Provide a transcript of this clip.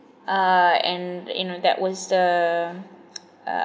uh and you know that was the uh